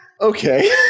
okay